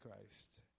Christ